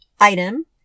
item